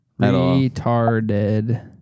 Retarded